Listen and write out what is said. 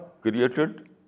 created